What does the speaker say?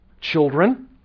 Children